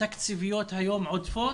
תקציביות עודפות,